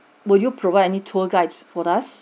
would you provide any tour guides for us